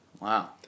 Wow